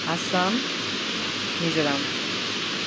Assam Mizoram